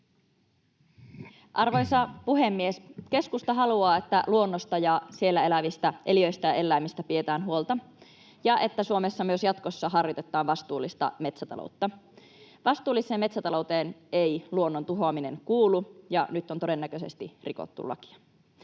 Arvoisa puhemies! Keskusta haluaa, että luonnosta ja siellä elävistä eliöistä ja eläimistä pidetään huolta ja että Suomessa myös jatkossa harjoitetaan vastuullista metsätaloutta. Vastuullisen metsätalouteen ei luonnon tuhoaminen kuulu, ja nyt on todennäköisesti rikottu lakia.